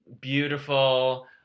Beautiful